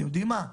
אתם יודעים מה?